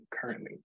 currently